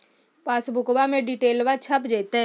पासबुका में डिटेल्बा छप जयते?